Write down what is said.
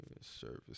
service